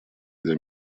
для